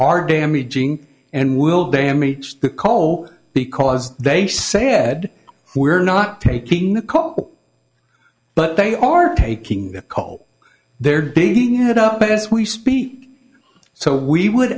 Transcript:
are damaging and will damage the coal because they sad we're not taking the cause but they are taking the coal they're dating it up as we speak so we would